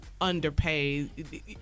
underpaid